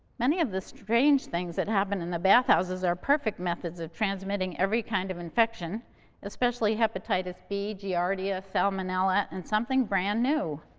many of the strange things that happened in the bathhouses are perfect methods of transmitting every kind of infection especially hepatitis b, giardia, salmonella, and something brand new,